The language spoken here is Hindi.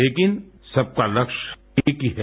लेकिन सबका लक्ष्य एक ही है